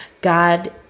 God